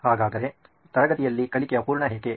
ಹಾಗಾದರೆ ತರಗತಿಯಲ್ಲಿ ಕಲಿಕೆ ಅಪೂರ್ಣ ಏಕೆ